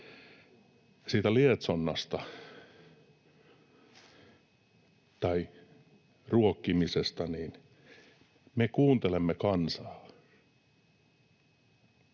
Siitä lietsonnasta tai ruokkimisesta: me kuuntelemme kansaa.